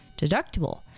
deductible